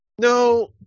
No